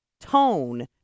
tone